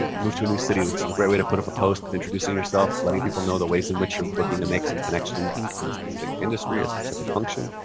move to a new city, this is a great way to put up a post introducing yourself, letting people know the ways in which you're looking to make some connections but in a specific industry, a specific function.